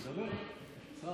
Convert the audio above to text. לשר